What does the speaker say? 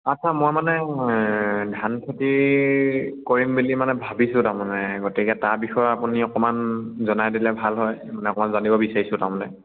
আচ্ছা মই মানে ধান খেতি কৰিম বুলি মানে ভাবিছো তাৰমানে গতিকে তাৰ বিষয়ে আপুনি অকণমান জনাই দিলে ভাল হয় মানে অকণমান জানিব বিচাৰিছো তাৰমানে